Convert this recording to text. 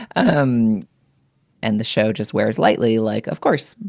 um and the show just wears lightly, like, of course,